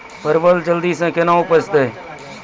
परवल जल्दी से के ना उपजाते?